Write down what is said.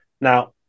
Now